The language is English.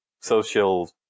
social